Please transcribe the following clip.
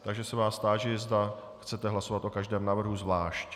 Takže se vás táži, zda chcete hlasovat o každém návrhu zvlášť.